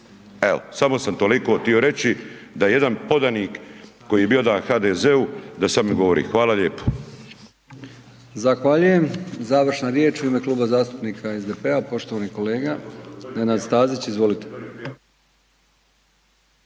Evo samo sam toliko htio reći da je jedan podanik koji je bio odan HDZ-u da sada mi govori. Hvala lijepo. **Brkić, Milijan (HDZ)** Zahvaljujem. Završna riječ u ime Kluba zastupnika SDP-a poštovani kolega Nenad Stazić. Izvolite.